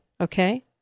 okay